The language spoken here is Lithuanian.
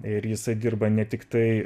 ir jisai dirba ne tiktai